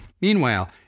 Meanwhile